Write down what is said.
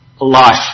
life